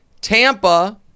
Tampa